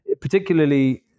particularly